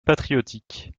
patriotiques